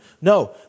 No